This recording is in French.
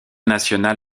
national